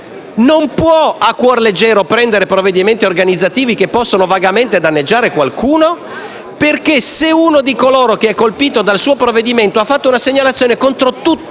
non può a cuor leggero prendere provvedimenti organizzativi che possono vagamente danneggiare qualcuno perché se uno di coloro che sono colpiti dal suo provvedimento ha fatto una segnalazione contro altri,